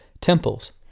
temples